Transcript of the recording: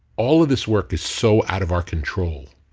all of this work is so out of our control.